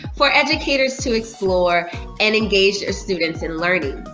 for educators to explore and engage students in learning.